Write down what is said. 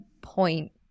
point